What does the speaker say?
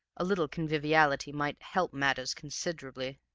a little conviviality might help matters considerably.